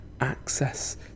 access